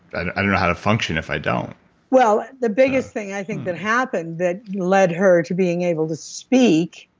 i don't know how to function if i don't well, the biggest thing i think that happened that led her to being able to speak,